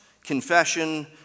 Confession